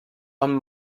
amb